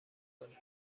کنیم